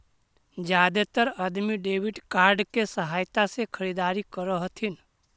जादेतर अदमी debit card के सहायता से खरीदारी कर हथिन